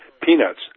peanuts